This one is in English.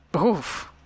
Oof